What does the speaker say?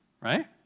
Right